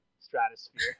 stratosphere